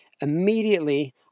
Immediately